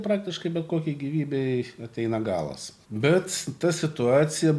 praktiškai bet kokiai gyvybei ateina galas bet ta situacija